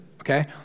okay